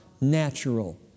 natural